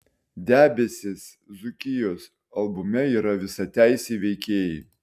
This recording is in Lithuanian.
debesys dzūkijos albume yra visateisiai veikėjai